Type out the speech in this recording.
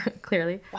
clearly